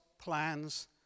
plans